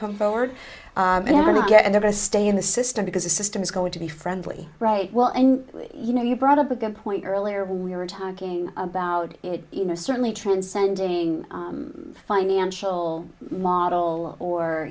come forward and ever stay in the system because the system is going to be friendly right well and you know you brought up a good point earlier we were talking about you know certainly transcending financial model or